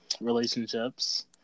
relationships